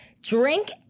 drink